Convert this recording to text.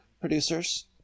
producers